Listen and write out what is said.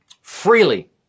freely